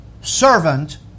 servant